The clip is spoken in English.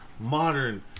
modern